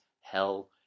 hell